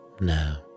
Now